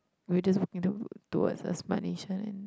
we're just working to towards a smart nation and